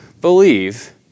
believe